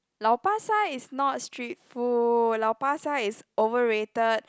Lau-Pa-Sat is not street food Lau Pa Sat is overrated